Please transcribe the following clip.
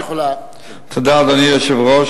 אדוני היושב-ראש,